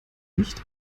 nicht